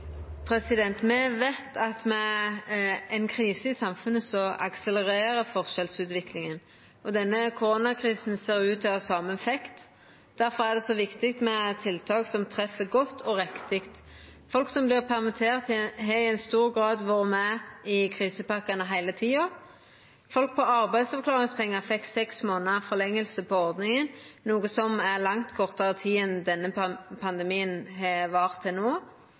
Me veit at med ei krise i samfunnet akselerer forskjellsutviklinga, og denne koronakrisa ser ut til å ha same effekt. Difor er det så viktig med tiltak som treffer godt og riktig. Folk som vert permitterte, har i stor grad vore med i krisepakkene heile tida. Folk på arbeidsavklaringspengar fekk seks månader forlenging av ordninga, noko som er langt kortare tid enn denne pandemien har vart til no,